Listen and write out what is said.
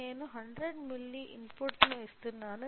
నేను 100 milli input ఇస్తున్నాను